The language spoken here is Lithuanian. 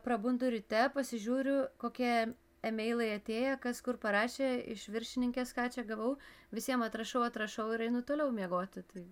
prabundu ryte pasižiūriu kokie emeilai atėję kas kur parašė iš viršininkės ką čia gavau visiem atrašau atrašau ir einu toliau miegoti tai